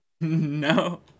No